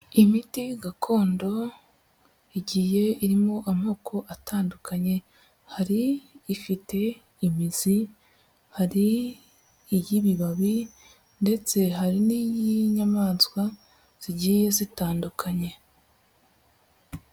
Imiti gakondo igiye irimo amoko atandukanye: hari ifite imizi ,hari iy'ibibabi ndetse hari n'iy'inyamaswa zigiye zitandukanye.